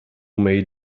may